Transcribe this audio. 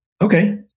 Okay